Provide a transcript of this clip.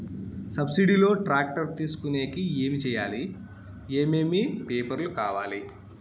Subsidy లో tractor తీసుకొనేకి ఏమి చేయాలి? ఏమేమి పేపర్లు కావాలి?